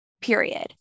period